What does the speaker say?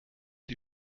die